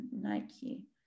Nike